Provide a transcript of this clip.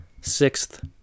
sixth